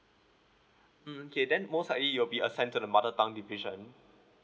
mm okay then most likely you'll be assigned to the mother tongue division